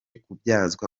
kubyazwa